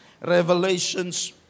Revelations